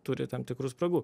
turi tam tikrų spragų